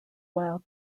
while